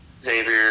Xavier